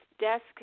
desk